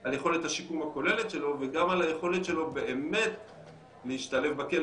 על יכולת השיקום הכוללת שלו וגם על היכולת שלו באמת להשתלב בכלא